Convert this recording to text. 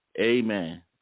amen